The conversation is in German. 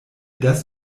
das